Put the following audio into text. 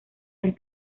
del